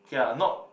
okay ah not